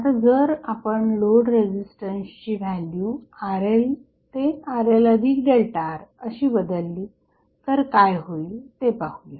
आता जर आपण लोड रेझिस्टन्सची व्हॅल्यू RL ते RLΔR अशी बदलली तर काय होईल ते पाहूया